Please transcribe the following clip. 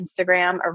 Instagram